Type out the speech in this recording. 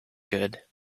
good